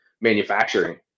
manufacturing